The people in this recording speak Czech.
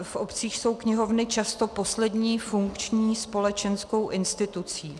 V obcích jsou knihovny často poslední funkční společenskou institucí.